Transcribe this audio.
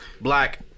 black